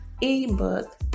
ebook